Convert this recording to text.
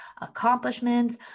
accomplishments